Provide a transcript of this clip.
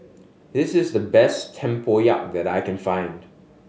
this is the best tempoyak that I can find